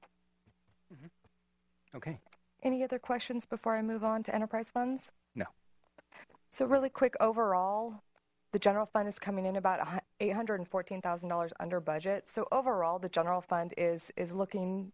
moment okay any other questions before i move on to enterprise funds no so really quick overall the general fund is coming in about eight hundred and fourteen thousand dollars under budget so overall the general fund is is looking